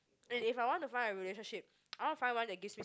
and if I want to find a relationship I want to find one that gives me